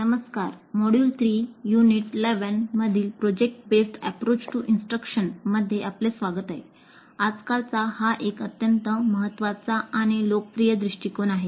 नमस्कार module 3 unit 11 मधील सूचनांचा प्रकल्प आधारित दृष्टिकोन यामध्ये आपले स्वागत आहे आजकालचा हा एक अत्यंत महत्वाचा आणि लोकप्रिय दृष्टीकोन आहे